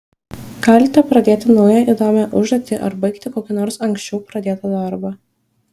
galite pradėti naują įdomią užduotį ar baigti kokį nors anksčiau pradėtą darbą